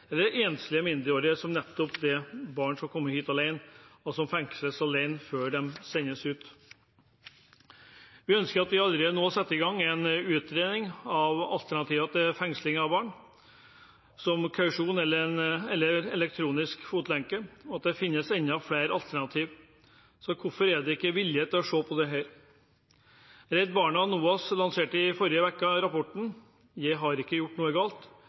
enslige mindreårige – barn som har kommet hit alene, og som fengsles alene før de sendes ut. Vi ønsker at vi allerede nå setter i gang en utredning av alternativer til fengsling av barn, som kausjon eller elektronisk fotlenke, og det finnes enda flere alternativer. Så hvorfor er det ikke vilje til å se på dette? Redd Barna og NOAS lanserte i forrige uke rapporten «Jeg har ikke gjort noe galt